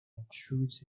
intrudes